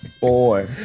boy